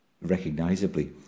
recognisably